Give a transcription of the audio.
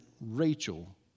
Rachel